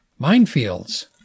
minefields